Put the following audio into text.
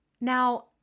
Now